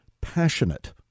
passionate